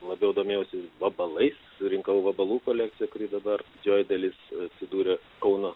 labiau domėjausi vabalais surinkau vabalų kolekciją kuri dabar didžioji dalis atsidūrė kauno